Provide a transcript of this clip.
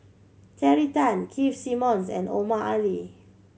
Terry Tan Keith Simmons and Omar Ali